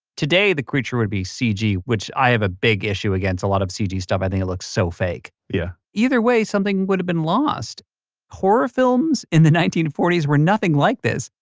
today the creature would be cg. which i have a big issue against, a lot of cg stuff i think looks so fake yea yeah either way something would've been lost horror films in the nineteen forty s we're nothing like this.